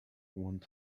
want